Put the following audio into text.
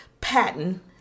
Patent